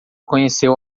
conheceu